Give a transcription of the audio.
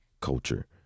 culture